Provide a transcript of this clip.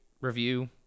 review